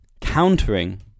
countering